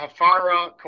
Hafara